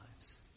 lives